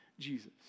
Jesus